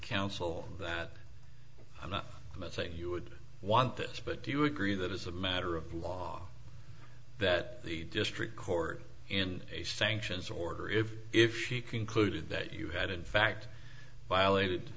counsel that i'm not saying you would want that but do you agree that as a matter of law that the district court and a sanctions order if if she concluded that you had in fact violated